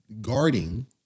guarding